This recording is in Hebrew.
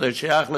ששייך לציבור,